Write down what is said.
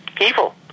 evil